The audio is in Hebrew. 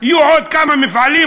יהיו עוד כמה מפעלים,